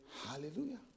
hallelujah